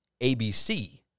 ABC